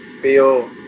feel